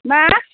मा